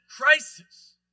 crisis